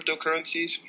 cryptocurrencies